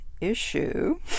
issue